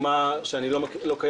ממש לא.